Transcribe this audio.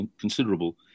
considerable